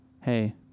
hey